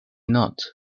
not